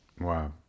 Wow